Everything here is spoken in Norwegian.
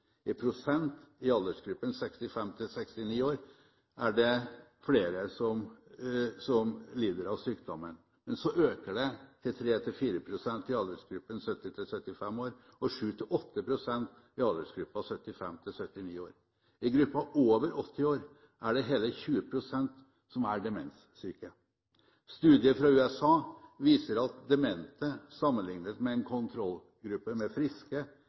sjelden sykdom i aldersgruppen under 65 år. 1 pst. i aldersgruppen 65–69 år lider av sykdommen, men så øker det til 3–4 pst. i aldersgruppen 70–75 år og 7–8 pst. i aldersgruppen 75–79 år. I gruppen over 80 år er det hele 20 pst. som er demenssyke. Studier fra USA viser at demente, sammenliknet med en kontrollgruppe med friske